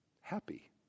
happy